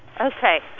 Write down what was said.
Okay